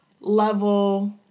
level